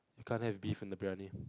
you can't have beef in the Briyani